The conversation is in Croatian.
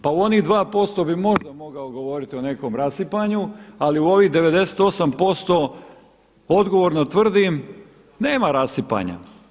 Pa u onih 2% bih možda mogao govoriti o nekakvom rasipanju, ali u ovih 98% odgovorno tvrdim nema rasipanja.